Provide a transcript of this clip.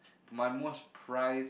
my most pride